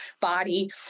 body